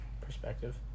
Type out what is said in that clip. perspective